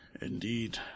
Indeed